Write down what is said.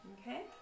Okay